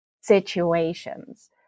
situations